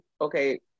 okay